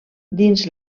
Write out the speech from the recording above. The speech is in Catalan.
dins